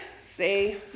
say